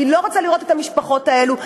היא לא רוצה לראות את המשפחות האלה.